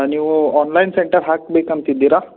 ನೀವು online centre ಹಾಕ್ಬೇಕು ಅಂತಿದ್ದಿರಾ